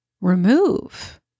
remove